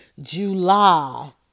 July